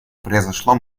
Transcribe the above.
произошло